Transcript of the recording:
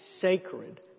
sacred